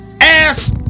ass